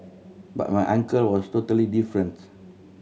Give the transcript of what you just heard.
but my uncle was totally different